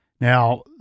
Now